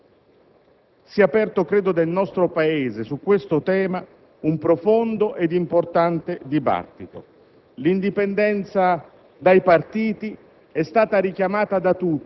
Siamo in sintonia con il Ministro, ma riteniamo anche che le proposte di risoluzione presentate non vadano nella medesima direzione.